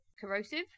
corrosive